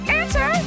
answer